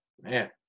Man